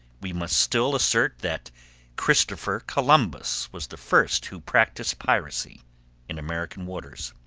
we must still assert that christopher columbus was the first who practised piracy in american waters.